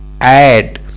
add